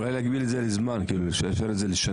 אולי נגביל את זה בזמן לשנה.